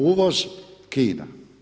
Uvoz Kina.